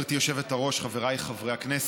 אני קובעת כי הצעת חוק משפחות חיילים שנספו במערכה (תגמולים ושיקום)